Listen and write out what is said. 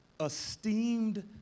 esteemed